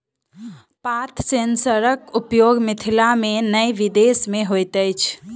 पात सेंसरक उपयोग मिथिला मे नै विदेश मे होइत अछि